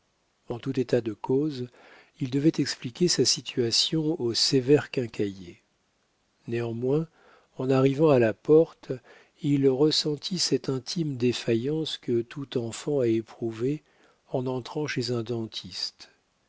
en tout état de cause il devait expliquer sa situation au sévère quincaillier néanmoins en arrivant à la porte il ressentit cette intime défaillance que tout enfant a éprouvée en entrant chez un dentiste